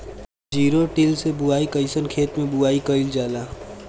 Zero till से बुआई कयिसन खेते मै बुआई कयिल जाला?